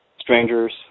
Strangers